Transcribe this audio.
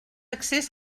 accés